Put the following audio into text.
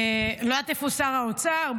אני לא יודעת איפה שר האוצר,